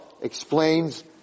explains